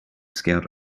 scout